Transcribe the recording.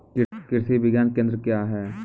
कृषि विज्ञान केंद्र क्या हैं?